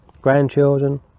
grandchildren